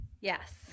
Yes